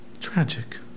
Tragic